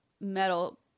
metal